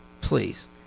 please